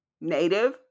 native